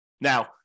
Now